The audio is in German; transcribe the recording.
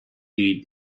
die